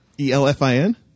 E-L-F-I-N